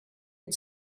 had